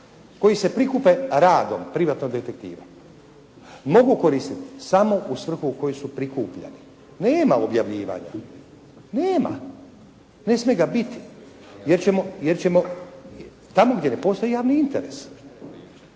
koji se prikupe radom privatnog detektiva mogu koristiti samo u svrhu u koju su prikupljani. Nema objavljivanja, nema, ne smije ga biti, tamo gdje ne postoji javni interes.